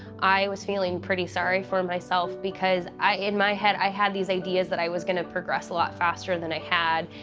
i was feeling pretty sorry for myself because, in my head, i had these ideas that i was gonna progress a lot faster that i had,